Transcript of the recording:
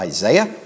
Isaiah